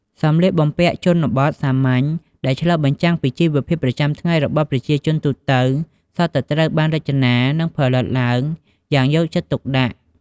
សម្លៀកបំពាក់ជនបទសាមញ្ញ ដែលឆ្លុះបញ្ចាំងពីជីវភាពប្រចាំថ្ងៃរបស់ប្រជាជនទូទៅ សុទ្ធតែត្រូវបាន រចនា និងផលិតឡើងយ៉ាងយកចិត្តទុកដាក់។